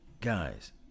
guys